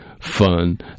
fun